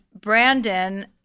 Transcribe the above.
Brandon